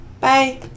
Bye